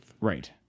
Right